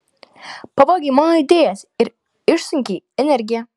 pavogei mano idėjas ir išsunkei energiją